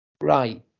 right